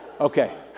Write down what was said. Okay